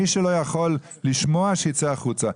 מי שלא יכול לשמוע שייצא החוצה.